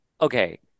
okay